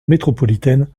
métropolitaine